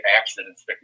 accidents